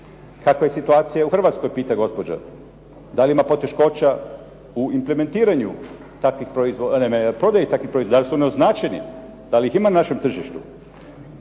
Kakva je situacija u Hrvatskoj pita gospođa? Da li ima poteškoća u prodaju takvih proizvoda? Da li su oni označeni? Da li ih ima na našem tržištu?